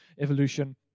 evolution